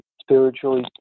spiritually